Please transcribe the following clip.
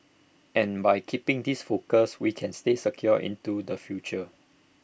and by keeping this focus we can stay secure into the future